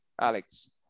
Alex